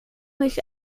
nicht